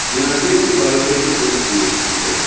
جِناب کیٚنٛہہ چھُنہٕ پرواے تُہۍ ہیٚکِو توٚتَتھ تہِ یِتھ کیٚنٛہہ چھُ